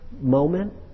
moment